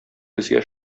безгә